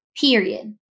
Period